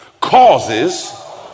causes